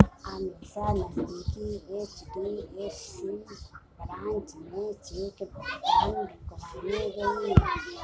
अमीषा नजदीकी HDFC branch में cheque भुगतान रुकवाने गई